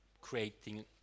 creating